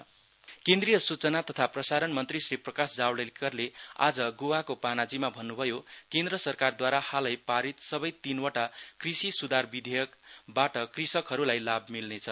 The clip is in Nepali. जावडेकर रिफर्मस् बील केन्द्रिय सूचना तथा प्रसारण मन्त्री श्री प्रकाश जावडेकरले आज गोवाको पानाजीमा भन्नुभयो केन्द्र सरकारद्वारा हालै पारित सबै तीनवटा कृषि स्धार विधेयकबाट कृषकहरूलाई लाभ मिल्नेछ